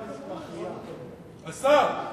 השר?